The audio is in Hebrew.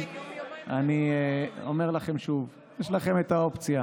אני אומר לכם שוב: יש לכם את האופציה